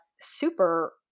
super